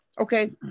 okay